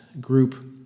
group